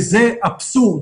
וזה אבסורד.